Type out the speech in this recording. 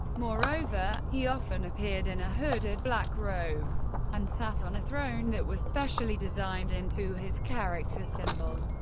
moreover, he often appeared in a hooded black robe and sat on a throne that was specially designed into his character symbol.